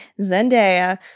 zendaya